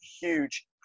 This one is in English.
huge